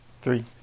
Three